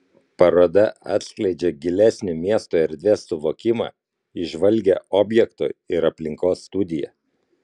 paroda atskleidžia gilesnį miesto erdvės suvokimą įžvalgią objekto ir aplinkos studiją